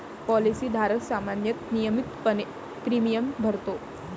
policy धारक सामान्यतः नियमितपणे प्रीमियम भरतो